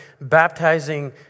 baptizing